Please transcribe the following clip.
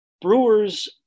brewers